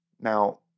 Now